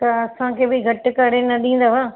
त असांखे बि घटि करे न ॾिंदव